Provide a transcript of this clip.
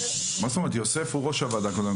זאת אומרת יוסף הוא יושב ראש הוועדה.